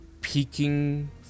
peeking